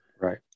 Right